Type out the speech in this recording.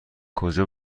کجا